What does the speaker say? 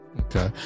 Okay